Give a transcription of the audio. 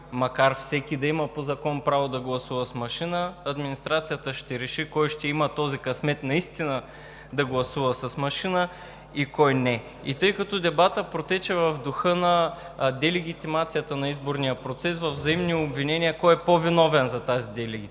закон всеки да има право да гласува с машина. Администрацията ще реши кой ще има този късмет наистина да гласува с машина и кой не. Тъй като дебатът протече в духа на делегитимацията на изборния процес, във взаимни обвинения кой е по-виновен за тази делегитимация,